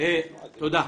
תודה.